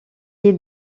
est